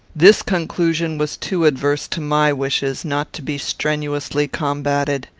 this conclusion was too adverse to my wishes not to be strenuously combated.